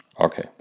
Okay